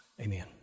Amen